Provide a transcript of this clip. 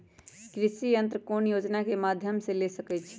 कृषि यंत्र कौन योजना के माध्यम से ले सकैछिए?